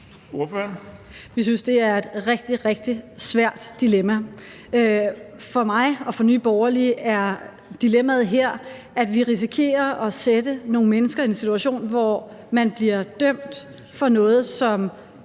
Vi synes, det er et rigtig, rigtig svært dilemma. For mig og for Nye Borgerlige er dilemmaet her, at vi risikerer at sætte nogle mennesker i en situation, hvor man bliver dømt for noget, som